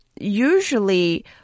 usually